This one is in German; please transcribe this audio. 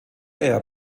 air